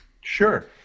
Sure